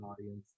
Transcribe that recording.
audience